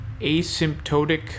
Asymptotic